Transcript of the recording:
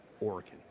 Oregon